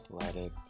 athletic